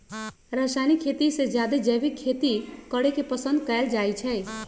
रासायनिक खेती से जादे जैविक खेती करे के पसंद कएल जाई छई